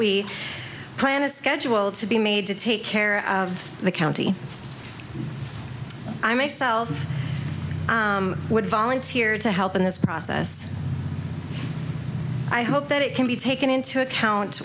we plan is scheduled to be made to take care of the county i myself would volunteer to help in this process i hope that it can be taken into account